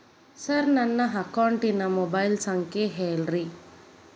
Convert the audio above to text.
sir ನನ್ನ ಅಕೌಂಟಿನ mobile ಸಂಖ್ಯೆ ಹೇಳಿರಿ